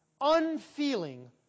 unfeeling